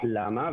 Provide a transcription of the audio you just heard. למה?